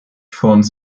fonds